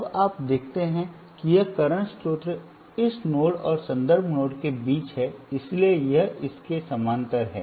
अब आप देखते हैं कि यह करंट स्रोत इस नोड और संदर्भ नोड के बीच है इसलिए यह इसके समानांतर है